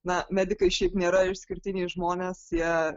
na medikai šiaip nėra išskirtiniai žmonės jie